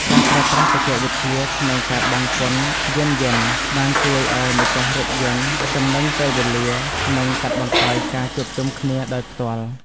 ការប្រើប្រាស់បច្ចេកវិទ្យាក្នុងការបង់ពន្ធយានយន្តបានជួយឱ្យម្ចាស់រថយន្តចំណេញពេលវេលានិងកាត់បន្ថយការជួបជុំគ្នាដោយផ្ទាល់។